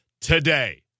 today